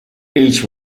each